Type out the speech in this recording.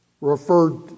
referred